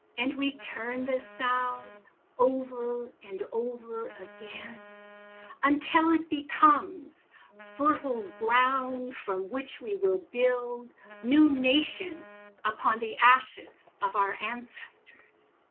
and we turn this sound over and over again until it becomes fertile ground from which we will build new nations upon the ashes of our ancestors.